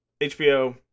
HBO